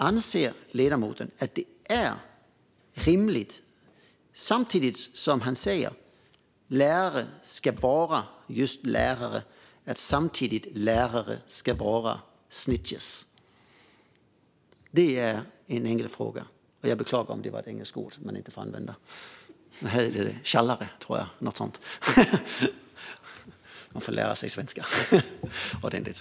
Anser ledamoten att det är rimligt att läraren ska vara lärare och samtidigt vara en snitcher? Det är en enkel fråga. Jag beklagar att det var engelska ord, som vi inte får använda. Jag tror att det heter tjallare eller något sådant. Jag får lära mig svenska ordentligt!